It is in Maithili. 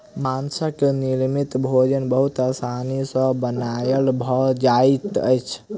माँछक निर्मित भोजन बहुत आसानी सॅ बनायल भ जाइत अछि